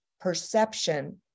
perception